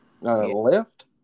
left